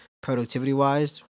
productivity-wise